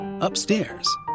Upstairs